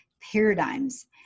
paradigms